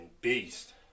beast